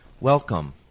welcome